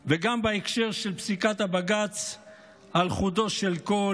גם בהקשר של פסיקת בג"ץ על חודו של קול.